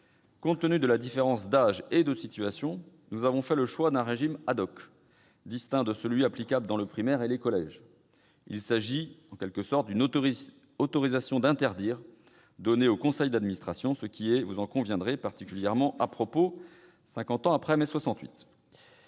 Compte tenu de la différence d'âge et de situation, nous avons fait le choix d'un régime, distinct de celui applicable dans le primaire et les collèges. Il s'agit d'une « autorisation d'interdire » donnée au conseil d'administration, ce qui est, vous en conviendrez, particulièrement à propos cinquante ans après mai 68.